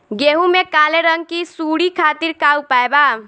गेहूँ में काले रंग की सूड़ी खातिर का उपाय बा?